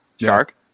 Shark